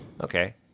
Okay